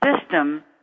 system